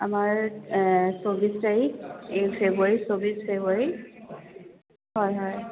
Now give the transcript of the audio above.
আমাৰ চৌবিছ তাৰিখ এই ফেব্ৰুৱাৰীৰ চৌবিছ ফেব্ৰুৱাৰী হয় হয়